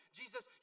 jesus